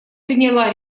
приняла